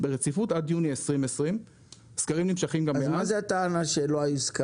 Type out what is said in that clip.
ברציפות עד יוני 2020. אז מה הטענה שלא היו סקרים?